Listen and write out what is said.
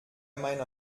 meiner